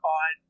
on